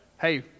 Hey